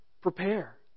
Prepare